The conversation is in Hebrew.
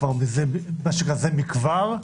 זה מכבר,